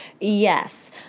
Yes